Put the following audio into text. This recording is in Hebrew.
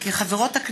יעל כהן-פארן,